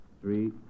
three